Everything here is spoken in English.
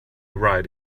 write